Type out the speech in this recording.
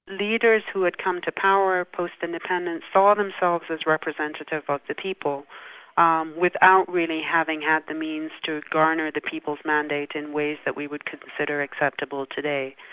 leaders who had come to power post-independence, saw themselves as representative of the people um without really having had the means to garner the people's mandate in ways that we would consider acceptable today.